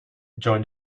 join